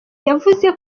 yavuze